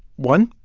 one,